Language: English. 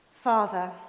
Father